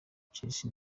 chelsea